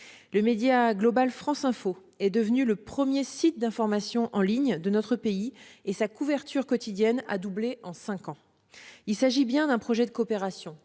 Le média global Franceinfo est devenu le premier site d'information en ligne de notre pays et sa couverture quotidienne a doublé en cinq ans ! Il s'agit bien d'un projet de coopération,